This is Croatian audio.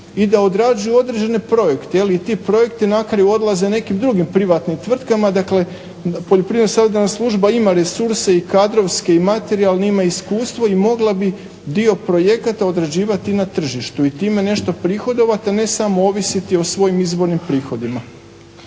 i da odrađuju određene projekte i ti projekti na kraju odlaze nekim drugim privatnim tvrtkama dakle Poljoprivredno savjetodavna služba ima resurse i kadrovske i materijalne ima iskustvo i mogla bi dio projekata odrađivati na tržištu i time nešto prihodovati a ne samo ovisiti o svojim izvornim prihodima.